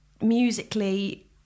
musically